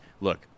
look